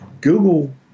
Google